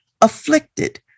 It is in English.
afflicted